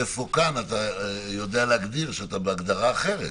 איפה כאן אתה יודע לציין שאתה בהגדרה אחרת?